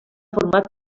format